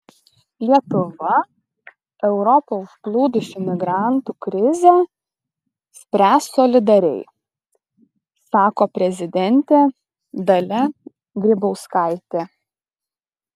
lietuva europą užplūdusių migrantų krizę spręs solidariai sako prezidentė dalia grybauskaitė